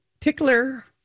tickler